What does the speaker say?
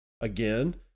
Again